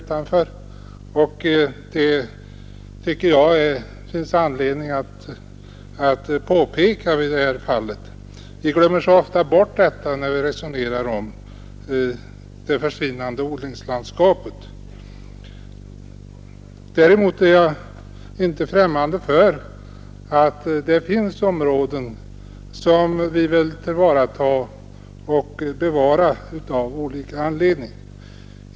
Jag tycker det finns anledning att påpeka detta. Vi glömmer så ofta bort det när vi resonerar om det försvinnande odlingslandskapet. Däremot är jag inte främmande för att det finns områden som vi av olika anledningar bör bevara.